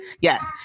Yes